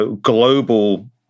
global